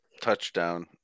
touchdown